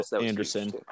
Anderson